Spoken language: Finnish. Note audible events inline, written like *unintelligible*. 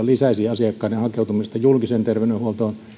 *unintelligible* lisäisi asiakkaiden hakeutumista julkiseen terveydenhuoltoon